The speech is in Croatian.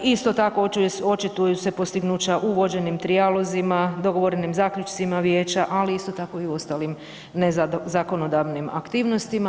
Isto tako očituju se postignuća u vođenim trijalozima, dogovorenim zaključcima vijeća, ali isto tako i u ostalim ne zakonodavnim aktivnostima.